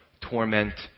torment